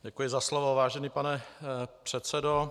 Děkuji za slovo, vážený pane předsedo.